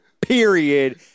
period